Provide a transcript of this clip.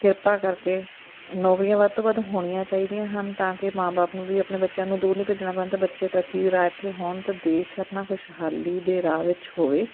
ਕਿਰਪਾ ਕਰਕੇ ਨੌਕਰੀਆਂ ਵੱਧ ਤੋਂ ਵੱਧ ਹੋਣੀਆਂ ਚਾਹੀਦੀਆਂ ਹਨ ਤਾਂ ਕਿ ਮਾਂ ਬਾਪ ਨੂੰ ਵੀ ਆਪਣੇ ਬੱਚਿਆਂ ਨੂੰ ਦੂਰ ਨਹੀਂ ਭੇਜਣਾ ਪੈਣਾ ਅਤੇ ਬੱਚੇ ਤਰੱਕੀ ਦੇ ਰਾਹ 'ਤੇ ਇੱਥੇ ਹੋਣ ਤਾਂ ਦੇਸ਼ ਆਪਣਾ ਖੁਸ਼ਹਾਲੀ ਦੇ ਰਾਹ ਵਿੱਚ ਹੋਵੇ